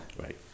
Right